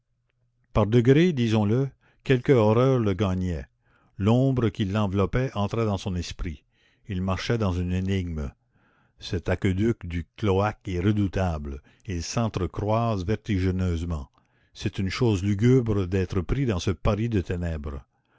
par degrés disons-le quelque horreur le gagnait l'ombre qui l'enveloppait entrait dans son esprit il marchait dans une énigme cet aqueduc du cloaque est redoutable il sentre croise vertigineusement c'est une chose lugubre d'être pris dans ce paris de ténèbres